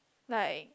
like